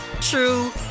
true